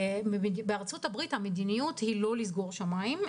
המדיניות בארצות הברית היא לא לסגור את השמיים,